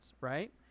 right